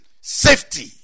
safety